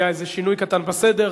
היה איזה שינוי קטן בסדר.